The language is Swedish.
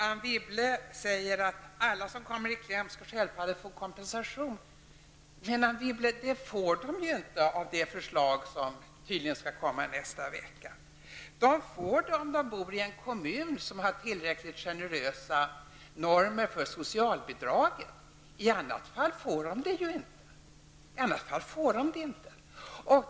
Anne Wibble säger att alla som kommer i kläm självfallet skall få kompensation. Men, Anne Wibble, det får de ju inte genom det förslag som tydligen skall komma nästa vecka. De får det om de bor i en kommun som har tillräckligt generösa normer för socialbidraget -- i annat fall inte.